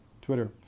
Twitter